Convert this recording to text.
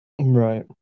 Right